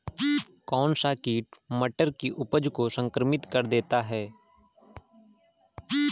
कौन सा कीट मटर की उपज को संक्रमित कर देता है?